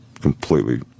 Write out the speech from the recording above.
completely